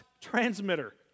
transmitter